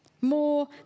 More